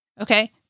Okay